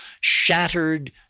shattered